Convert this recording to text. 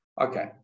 Okay